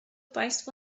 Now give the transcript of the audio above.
państwo